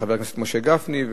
חבר הכנסת משה גפני,